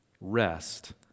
rest